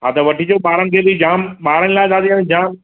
हा त वठी अचो ॿारनि खे बि जाम ॿारनि लाइ दादी हाणे जाम